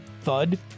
thud